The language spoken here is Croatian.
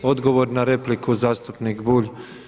Odgovor na repliku zastupnik Bulj.